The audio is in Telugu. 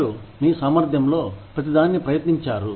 మీరు మీ సామర్థ్యంలో ప్రతిదాన్ని ప్రయత్నించారు